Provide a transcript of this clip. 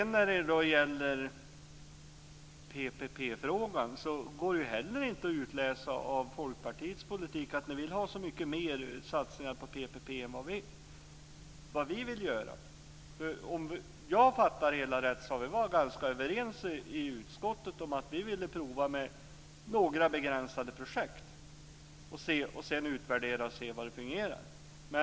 När det gäller PPP-frågan går det inte heller att utläsa av Folkpartiets politik att ni vill ha så mycket större satsningar än vad vi är beredda att satsa. Om jag har fattat det hela rätt har vi varit ganska överens i utskottet om att man ska prova med några begränsade projekt för att sedan utvärdera och se hur det fungerar.